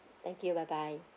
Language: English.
thank you bye bye